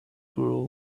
grow